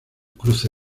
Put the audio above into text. cruce